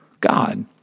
God